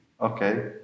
Okay